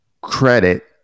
credit